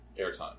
airtime